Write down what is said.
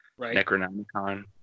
Necronomicon